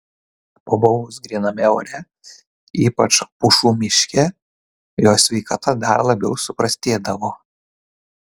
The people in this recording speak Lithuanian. pabuvus gryname ore ypač pušų miške jo sveikata dar labiau suprastėdavo